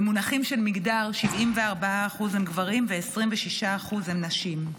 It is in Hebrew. במונחים של מגדר, 74% הם גברים ו-26% הן נשים.